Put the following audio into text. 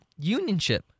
unionship